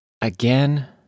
Again